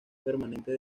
permanente